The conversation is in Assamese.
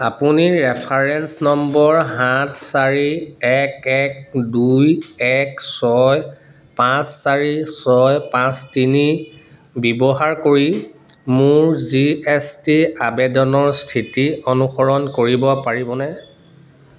আপুনি ৰেফাৰেন্স নম্বৰ সাত চাৰি এক এক দুই এক ছয় পাঁচ চাৰি ছয় পাঁচ তিনি ব্যৱহাৰ কৰি মোৰ জি এছ টি আবেদনৰ স্থিতি অনুসৰণ কৰিব পাৰিবনে